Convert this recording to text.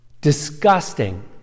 Disgusting